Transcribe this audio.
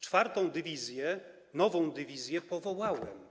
4. dywizję, nową dywizję powołałem.